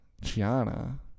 Gianna